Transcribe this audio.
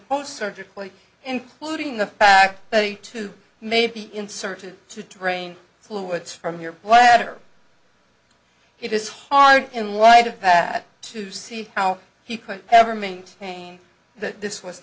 own surgically including the fact that he too may be inserted to drain fluids from your bladder it is hard in light of that to see how he could ever maintain that this was